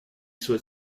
sois